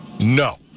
No